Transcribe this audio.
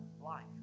life